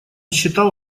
считал